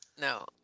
No